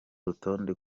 rutonde